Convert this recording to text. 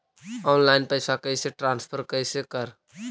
Online पैसा कैसे transfer कैसे कर?